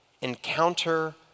encounter